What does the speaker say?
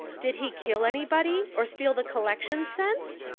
did he kill anybody? or steal the collection cents?